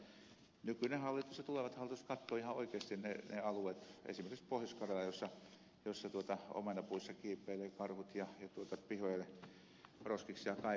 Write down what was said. sen takia minä odotan että nykyinen hallitus ja tulevat hallitukset katsovat ihan oikeasti ne alueet esimerkiksi pohjois karjalan jossa karhut kiipeilevät omenapuissa ja tulevat pihoille roskiksia kaivelemaan